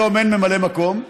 היום אין ממלא מקום,